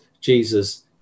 Jesus